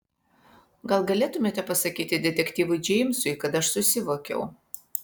gal galėtumėte pasakyti detektyvui džeimsui kad aš susivokiau